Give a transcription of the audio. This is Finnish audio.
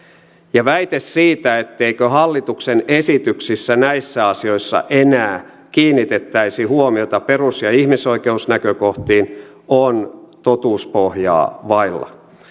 ja väite siitä etteikö hallituksen esityksissä näissä asioissa enää kiinnitettäisi huomiota perus ja ihmisoikeusnäkökohtiin on totuuspohjaa vailla